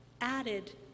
added